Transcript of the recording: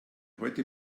heute